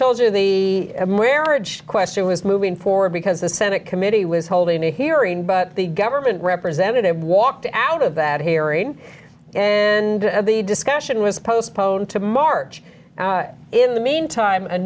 told you the marriage question was moving forward because the senate committee was holding a hearing but the government representative walked out of that hearing and the discussion was postponed to march in the meantime a